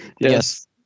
Yes